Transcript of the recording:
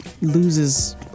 loses